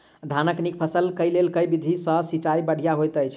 धानक नीक फसल केँ लेल केँ विधि सँ सिंचाई बढ़िया होइत अछि?